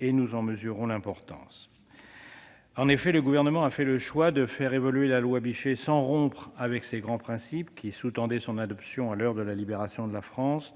et nous en mesurons l'importance. Ainsi, le Gouvernement a opté pour une évolution de la loi Bichet, sans rupture avec les grands principes qui ont sous-tendu son adoption, à l'heure de la libération de la France,